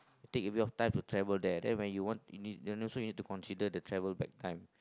take of your time to travel there then when you want you need and you also need to consider the travel back time